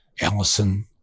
Allison